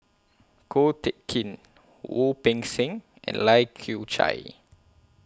Ko Teck Kin Wu Peng Seng and Lai Kew Chai